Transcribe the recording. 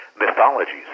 mythologies